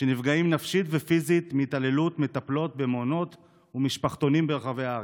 שנפגעים נפשית ופיזית מהתעללות מטפלות במעונות ומשפחתונים ברחבי הארץ.